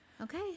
okay